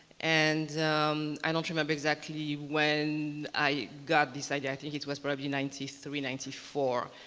and i don't remember exactly when i got this idea. i think it was probably ninety three, ninety four.